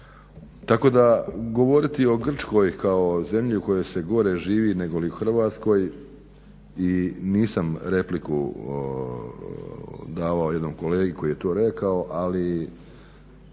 Tako da govoriti o Grčkoj kao zemlji u kojoj se gore živi nego li u Hrvatskoj i nisam repliku davao jednom kolegi koji je to rekao ali